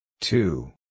Two